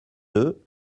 deux